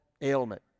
ailment